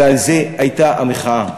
ועל זה הייתה המחאה.